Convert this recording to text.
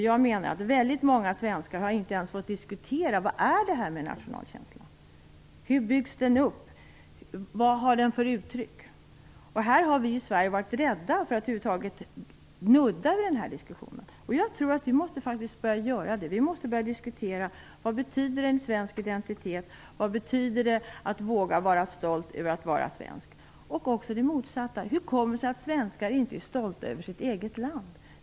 Jag menar att väldigt många svenskar inte ens har fått diskutera vad en nationalkänsla innebär. Hur byggs den upp? Vad har den för uttryck? Vi har i Sverige varit rädda för att över huvud taget nudda vid den diskussionen. Jag tror att vi måste börja göra det. Vi måste börja diskutera vad en svensk identitet betyder, vad det betyder att våga vara stolt över att vara svensk. Vi måste också kunna diskutera motsatsen, dvs. hur kommer det sig att svenskar inte är stolta över sitt eget land.